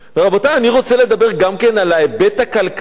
רבותי, אני רוצה לדבר גם כן על ההיבט הכלכלי.